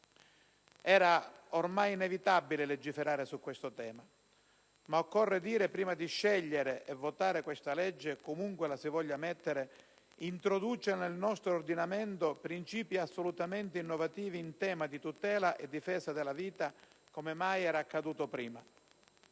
Era ormai inevitabile legiferare su questo tema, ma occorre dire, prima di scegliere e votare, che questa legge comunque introduce nel nostro ordinamento princìpi assolutamente innovativi in tema di tutela e difesa della vita, come mai era accaduto prima.